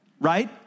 right